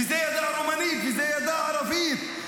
זה ידע רומנית וזה ידע ערבית,